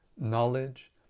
knowledge